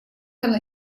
оно